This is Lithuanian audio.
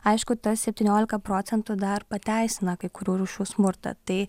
aišku tas septyniolika procentų dar pateisina kai kurių rūšių smurtą tai